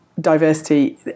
diversity